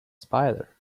spider